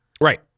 Right